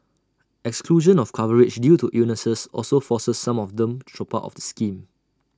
exclusion of coverage due to illnesses also forces some of them to drop out of the scheme